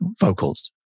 vocals